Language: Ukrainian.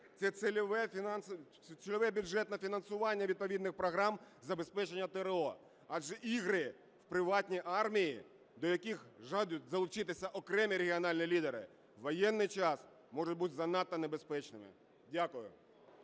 це цільове бюджетне фінансування відповідних програм забезпечення ТрО, адже ігри в приватні армії, до яких жаждут залучитися окремі регіональні лідери, в воєнний час можуть бути занадто небезпечними. Дякую.